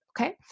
Okay